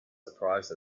surprised